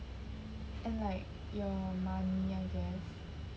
and like your money I guess